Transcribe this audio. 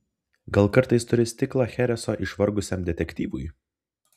gal kartais turi stiklą chereso išvargusiam detektyvui